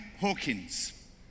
Hawkins